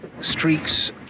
Streaks